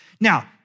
Now